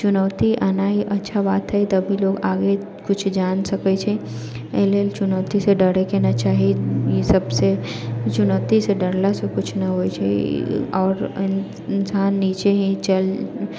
चुनौती अनाय अच्छा बात हय तभी लोग आगे किछु जानि सकै छै अय लेल चुनौतीसँ डरैके नहि चाही ई सभसँ चुनौतीसँ डरलासे आओर इन्सान नीचे ही चल